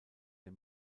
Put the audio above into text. der